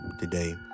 today